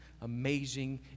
amazing